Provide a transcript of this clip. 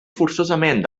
forçosament